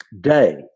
Day